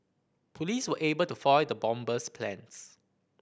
police were able to foil the bomber's plans